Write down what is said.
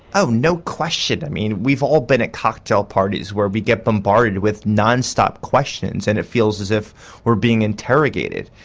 um no question. i mean we've all been at cocktail parties where we get bombarded with nonstop questions and it feels as if we're being interrogated.